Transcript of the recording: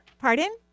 pardon